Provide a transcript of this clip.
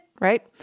right